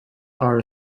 are